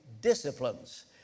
disciplines